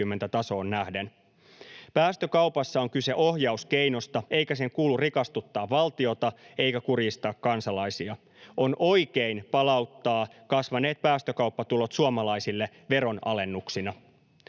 tasoon nähden. Päästökaupassa on kyse ohjauskeinosta, eikä sen kuulu rikastuttaa valtiota eikä kurjistaa kansalaisia. On oikein palauttaa kasvaneet päästökauppatulot suomalaisille veronalennuksina.